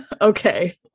Okay